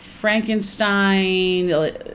Frankenstein